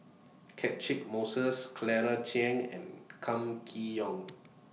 Catchick Moses Claire Chiang and Kam Kee Yong